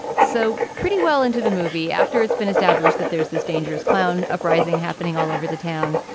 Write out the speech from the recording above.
so pretty well into the movie after it's been established that there's this dangerous clown uprising happening all over the town.